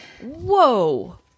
Whoa